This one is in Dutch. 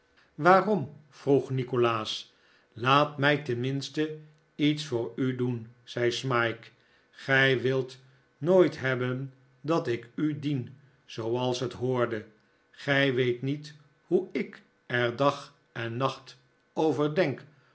waarom vroeg nikolaas laat mij tenminste iets voor u doen zei smike gij wilt nooit hebben dat ik u dien zooals het hoorde gij weet niet hoe ik er dag en nacht over denk